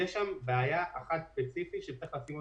במוכר שאינו רשמי משרד החינוך